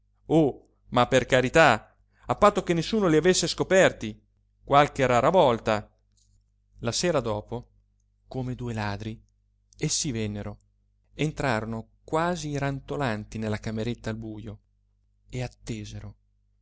oh ma per carità a patto che nessuno li avesse scoperti qualche rara volta la sera dopo come due ladri essi vennero entrarono quasi rantolanti nella cameretta al bujo e attesero